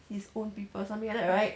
his own people something like that right